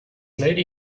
lady